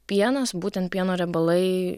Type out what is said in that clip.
pienas būten pieno riebalai